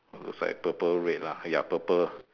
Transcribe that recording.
looks like purple red lah ya purple